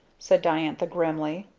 said diantha grimly.